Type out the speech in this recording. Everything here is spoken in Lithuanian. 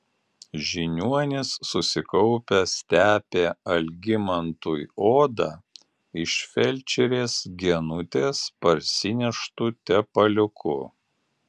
žiniuonis susikaupęs tepė algimantui odą iš felčerės genutės parsineštu tepaliuku